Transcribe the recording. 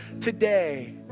today